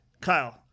Kyle